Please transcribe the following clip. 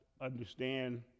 understand